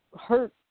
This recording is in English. hurt